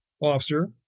officer